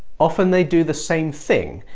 often, they do the same thing,